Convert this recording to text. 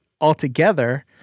altogether